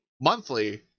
monthly